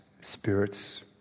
spirits